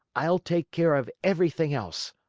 i'll take care of everything else.